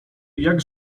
jak